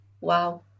wow